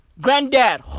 Granddad